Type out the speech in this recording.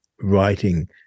writing